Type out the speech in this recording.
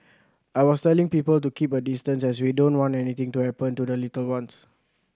I was telling people to keep a distance as we don't want anything to happen to the little ones